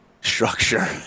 structure